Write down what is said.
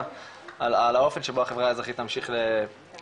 על האופן שבו החברה האזרחית תמשיך להוביל.